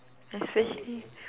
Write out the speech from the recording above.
especially